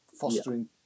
fostering